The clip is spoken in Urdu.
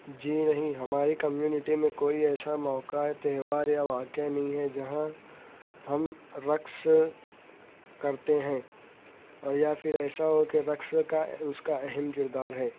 جی نہیں ہماری کمیونٹی میں کوئی ایسا موقعہ تہوار یا واقعہ نہیں ہے جہاں ہم رقص کرتے ہیں اور یا پھر ایسا ہو کہ رقص کا اس کا اہم کردار ہے